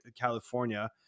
california